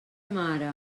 mare